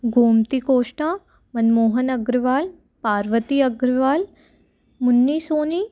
Gomti Koshta Manmohan Agarwal Parvati Agarwal Munni Soni